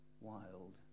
wild